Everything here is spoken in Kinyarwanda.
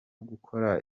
gukora